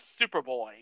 Superboy